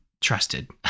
trusted